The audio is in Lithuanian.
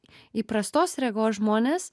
įprastos regos žmonės